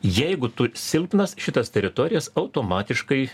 jeigu tu silpnas šitas teritorijas automatiškai